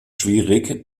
schwierig